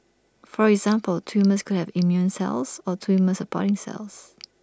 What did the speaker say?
for example tumours can have immune cells or tumour supporting cells